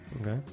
Okay